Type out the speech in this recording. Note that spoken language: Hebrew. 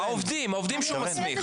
לא, העובדים שהוא מסמיך.